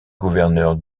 gouverneur